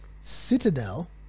Citadel